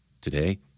Today